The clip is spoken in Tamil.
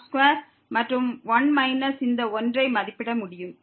1r2 மற்றும் 1 மைனஸ் இந்த 1 ஐ மதிப்பிட முடியும்